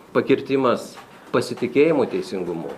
pakirtimas pasitikėjimo teisingumu